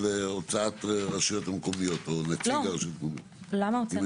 הוצאת רשויות המקומיות או נציג הרשויות המקומיות.